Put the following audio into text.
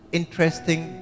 interesting